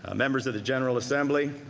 ah members of the general assembly,